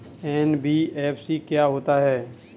NBFC क्या होता है?